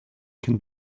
can